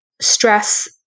stress